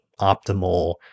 optimal